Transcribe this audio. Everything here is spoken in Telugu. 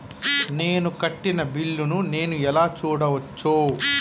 నేను కట్టిన బిల్లు ను నేను ఎలా చూడచ్చు?